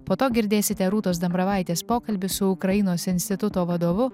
po to girdėsite rūtos dambravaitės pokalbį su ukrainos instituto vadovu